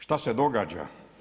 Šta se događa?